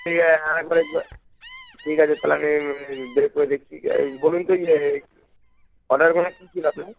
ঠিক আছে আরেকবার একবার ঠিক আছে তাহলে আমি বের করে দেখছি কী আছে বলুন তো কী আছে অর্ডারগুলো কী ছিল আপনার